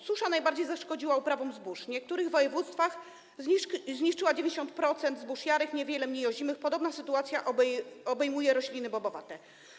Susza najbardziej zaszkodziła uprawom zbóż, w niektórych województwach zniszczyła 90% zbóż jarych, niewiele mniej ozimych, podobna sytuacja obejmuje rośliny bobowate.